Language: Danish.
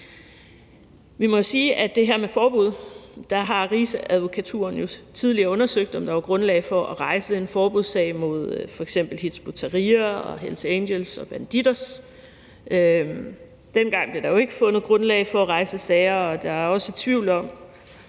Vi må sige om det her med forbud, at der har Rigsadvokaten jo tidligere undersøgt, om der var grundlag for at rejse en forbudssag mod f.eks. Hizb ut-Tahrir og Hells Angels og Bandidos. Dengang blev der jo ikke fundet grundlag for at rejse sager, og der er også tvivl om,